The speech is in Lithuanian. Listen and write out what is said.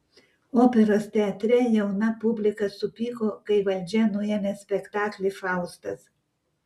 operos teatre jauna publika supyko kai valdžia nuėmė spektaklį faustas